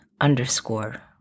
underscore